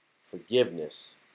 Forgiveness